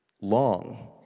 long